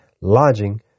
lodging